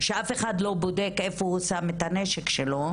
שאף אחד לא בודק איפה הוא שם את הנשק שלו,